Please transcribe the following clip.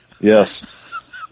Yes